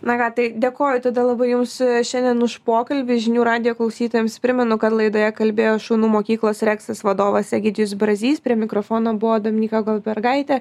na ką tai dėkoju tada labai jums šiandien už pokalbį žinių radijo klausytojams primenu kad laidoje kalbėjo šunų mokyklos reksas vadovas egidijus brazys prie mikrofono buvo dominyka goldbergaitė